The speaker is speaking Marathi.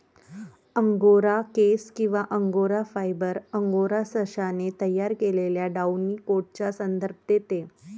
अंगोरा केस किंवा अंगोरा फायबर, अंगोरा सशाने तयार केलेल्या डाउनी कोटचा संदर्भ देते